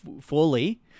fully